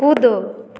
कूदो